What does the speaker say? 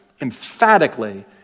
emphatically